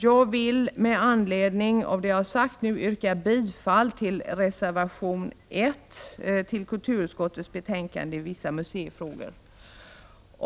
Jag vill med anledning av det jag sagt yrka bifall till reservation 1 som fogats till kulturutskottets betänkande om vissa museifrågor.